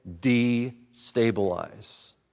destabilize